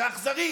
זה אכזרי